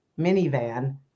minivan